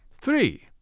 Three